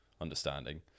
understanding